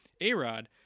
A-Rod